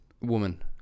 Woman